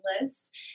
list